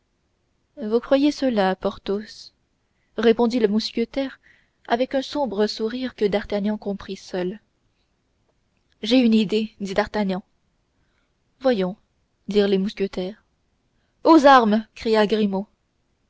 vous croyez cela porthos répondit le mousquetaire avec un sombre sourire que d'artagnan comprit seul j'ai une idée dit d'artagnan voyons dirent les mousquetaires aux armes cria